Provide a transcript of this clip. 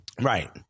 Right